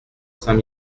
saint